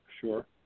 Sure